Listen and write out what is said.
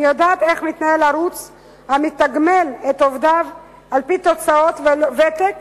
אני יודעת איך מתנהל ערוץ המתגמל את עובדיו על-פי תוצאות ולא על-פי ותק